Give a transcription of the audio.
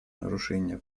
нарушения